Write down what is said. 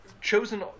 chosen